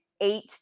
Eight